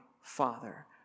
Father